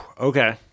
Okay